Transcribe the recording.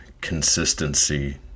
consistency